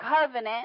covenant